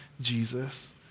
Jesus